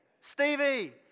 Stevie